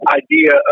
idea